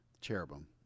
cherubim